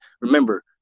remember